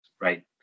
right